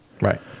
Right